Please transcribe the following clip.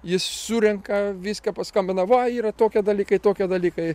jis surenka viską paskambina va yra tokie dalykai tokie dalykai